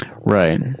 right